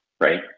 right